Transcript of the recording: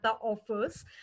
offers